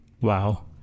Wow